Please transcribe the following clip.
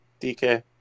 DK